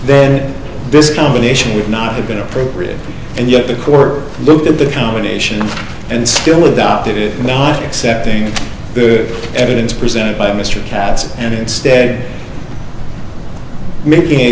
then this combination would not have been appropriate and yet the core looked at the combination and still adopted it not accepting the evidence presented by mr katz and instead ma